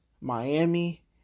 Miami